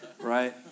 right